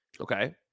Okay